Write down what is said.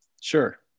Sure